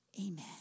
Amen